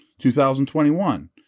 2021